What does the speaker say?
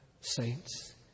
saints